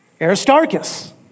Aristarchus